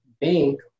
bank